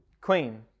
Queen